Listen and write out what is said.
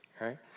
right